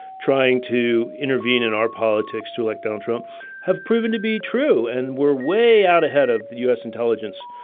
trying to intervene in our politics to elect donald trump have proven to be true. and we're way out ahead of the u s. intelligence.